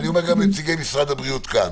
אני אומר גם לנציגי משרד הבריאות שנמצאים כאן,